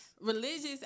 Religious